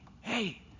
hey